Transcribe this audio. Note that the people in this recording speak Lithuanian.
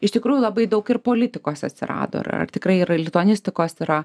iš tikrųjų labai daug ir politikos atsirado ar ar tikrai yra lituanistikos yra